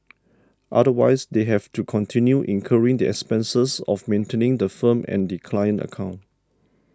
otherwise they have to continue incurring the expenses of maintaining the firm and the client account